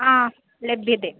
आ लभ्यते